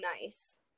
nice